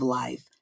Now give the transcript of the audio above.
life